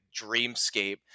dreamscape